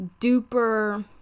duper